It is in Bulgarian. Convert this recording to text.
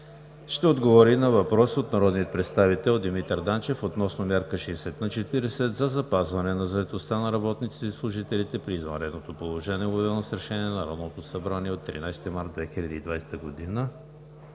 ще отговори на въпрос от народния представител Димитър Данчев относно мярка 60/40 за запазване на заетостта на работниците и служителите при извънредното положение, обявено с Решение на Народното събрание от 13 март 2020 г.